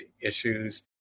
issues